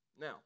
Now